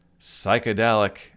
psychedelic